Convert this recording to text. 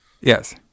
Yes